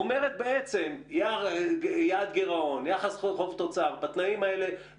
גרמניה אומרת שיכול להיות שכל הדיונים לא